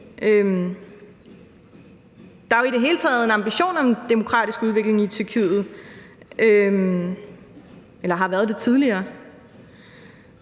Der er jo i det hele taget en ambition om en demokratisk udvikling i Tyrkiet, eller det har der været tidligere,